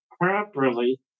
properly